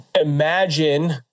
Imagine